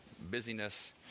busyness